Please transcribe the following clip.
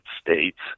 States